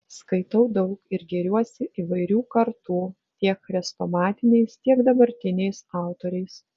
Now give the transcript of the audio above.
skaitau daug ir gėriuosi įvairių kartų tiek chrestomatiniais tiek dabartiniais autoriais